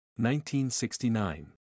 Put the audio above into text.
1969